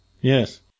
Yes